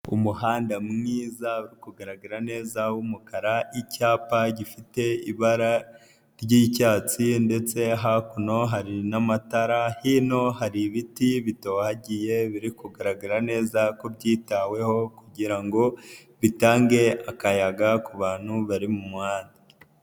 Umuhanda mwiza uri kugaragara neza w'umukara icyapa gifite ibara, ry'icyatsi ndetse hakuno hari n'amatara hino hari ibiti bitohagiye biri kugaragara neza ko byitaweho kugira ngo, bitange akayaga ku bantu bari mu muhanda.